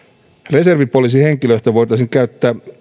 reservipoliisihenkilöstö voitaisiin käyttää